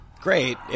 great